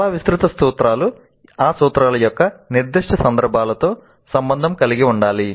చాలా విస్తృత సూత్రాలు ఆ సూత్రాల యొక్క నిర్దిష్ట సందర్భాలతో సంబంధం కలిగి ఉండాలి